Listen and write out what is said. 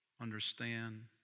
understand